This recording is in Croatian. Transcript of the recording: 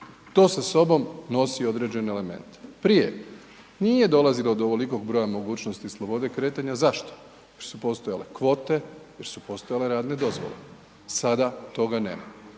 To sa sobom nosi određene elemente. Prije nije dolazilo do ovolikog broja mogućnosti slobode kretanja, zašto? Jer su postojale kvote, jer su postojale radne dozvole. Sada toga nema.